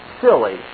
silly